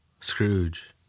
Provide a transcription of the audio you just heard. Scrooge